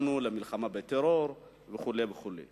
המלחמה בטרור וכו' וכו'.